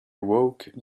awoke